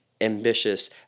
ambitious